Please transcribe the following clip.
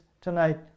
tonight